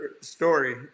story